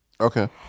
Okay